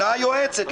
איתם.